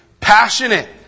Passionate